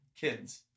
kids